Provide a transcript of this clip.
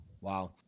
Wow